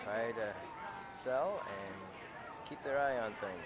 try to keep their eye on things